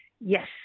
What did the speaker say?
Yes